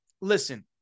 Listen